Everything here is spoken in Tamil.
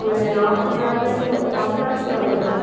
ஒரு ஹாஃப்னவர்லேர்ந்து ஹாஃப்பனவர்க்குள்ள வந்துரும் மேம்